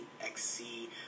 XC